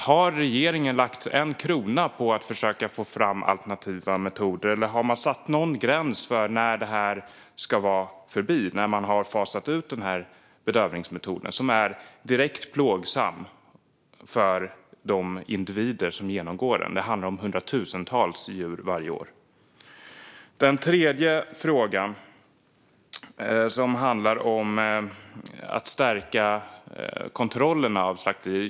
Har regeringen lagt en enda krona på att försöka få fram alternativa metoder, eller har man satt någon gräns för när denna bedövningsmetod ska ha fasats ut? Det är ju en metod som är direkt plågsam för de individer som genomgår den. Det handlar om hundratusentals djur varje år. Den tredje frågan handlade om att stärka kontrollerna av slakterier.